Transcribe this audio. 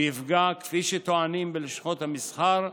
ויפגע כפי שטוענים בלשכות המסחר,